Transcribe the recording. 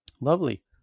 Lovely